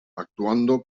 actuando